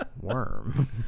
worm